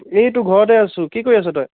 এই তোৰ ঘৰতে আছোঁ কি কৰি আছ তই